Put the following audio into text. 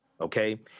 Okay